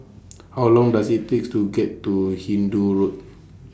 How Long Does IT takes to get to Hindoo Road